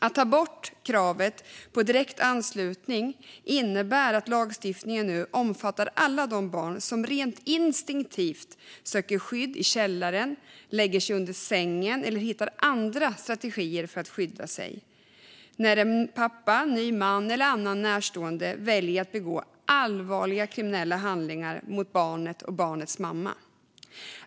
Att ta bort kravet på direkt anslutning till barnet innebär att lagstiftningen nu omfattar alla de barn som rent instinktivt söker skydd i källaren, lägger sig under sängen eller hittar andra strategier för att skydda sig när en pappa, en ny man eller annan närstående väljer att begå allvarliga kriminella handlingar mot barnet och barnets mamma.